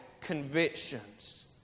convictions